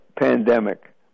pandemic